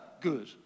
good